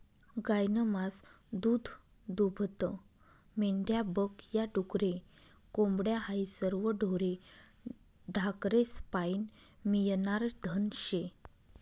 गायनं मास, दूधदूभतं, मेंढ्या बक या, डुकरे, कोंबड्या हायी सरवं ढोरे ढाकरेस्पाईन मियनारं धन शे